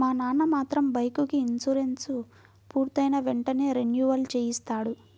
మా నాన్న మాత్రం బైకుకి ఇన్సూరెన్సు పూర్తయిన వెంటనే రెన్యువల్ చేయిస్తాడు